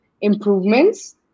improvements